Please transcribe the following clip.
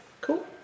Cool